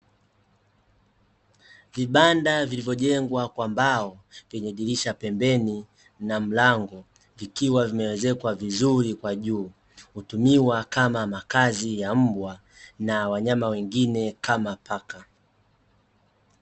Vibanda vilivyojengwa kwa mbao vyenye dirisha pembeni na mlango, vikiwa vimeezekwa vizuri kwa juu. Hutumiwa kama makazi ya mbwa na wanyama wengine kama paka.